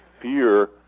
fear